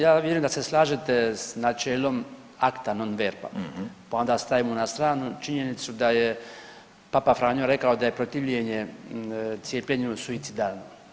Ja vjerujem da se slažete s načelom „Acta, non verba“, pa onda stavimo na stranu činjenicu da je papa Franjo rekao da je protivljenje cijepljenju suicidalno.